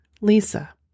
Lisa